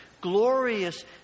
Glorious